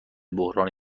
بحران